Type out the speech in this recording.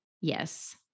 yes